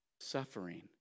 suffering